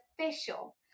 official